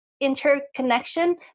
interconnection